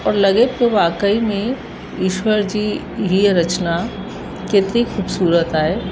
और लॻे पियो वाक़ई में ईश्वर जी हीअ रचिना केतिरी ख़ूबसूरत आहे